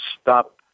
stop